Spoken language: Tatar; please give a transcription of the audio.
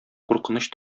куркыныч